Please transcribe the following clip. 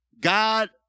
God